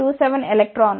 27 eV